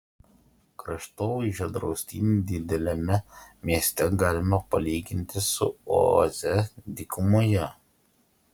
kraštovaizdžio draustinį dideliame mieste galima palyginti su oaze dykumoje